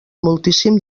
moltíssim